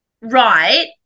right